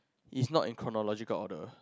is not in chronological order